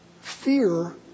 fear